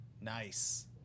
Nice